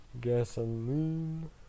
Gasoline